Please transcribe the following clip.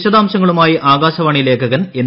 വിശദാംശങ്ങളുമായി ആകാശവാണി ലേഖകൻ എൻ